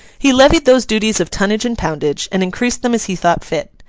he levied those duties of tonnage and poundage, and increased them as he thought fit.